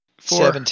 four